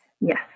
Yes